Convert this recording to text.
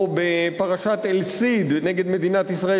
או בפרשת אל-סיד נגד מדינת ישראל,